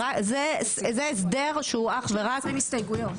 זה הסדר שהוא אך ורק --- יש להם 20 הסתייגויות.